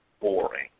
boring